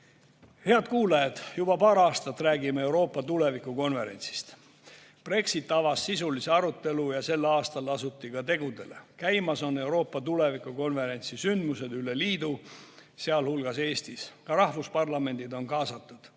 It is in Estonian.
Head kuulajad! Juba paar aastat oleme rääkinud Euroopa tuleviku konverentsist. Brexit avas sisulise arutelu ja sel aastal asuti ka tegudele. Käimas on Euroopa tuleviku konverentsi sündmused üle liidu, sealhulgas Eestis. Rahvusparlamendid on kaasatud.